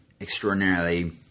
extraordinarily